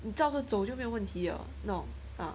你照着走就没有问题 liao not ah